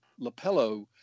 LaPello